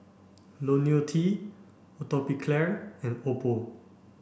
Ionil T Atopiclair and Oppo